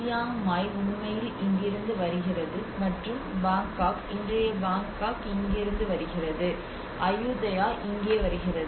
Chiang Mai உண்மையில் இங்கிருந்து வருகிறது மற்றும் பாங்காக் இன்றைய பாங்காக் இங்கிருந்து வருகிறது அயுதயா இங்கே வருகிறது